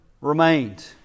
remained